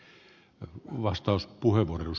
herra puhemies